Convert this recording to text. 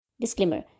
Disclaimer